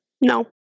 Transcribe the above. No